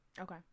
okay